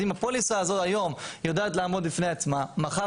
אז אם הפוליסה הזו היום יודעת לעמוד בפני עצמה מחר